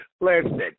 Listen